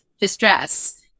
distress